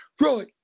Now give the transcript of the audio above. Right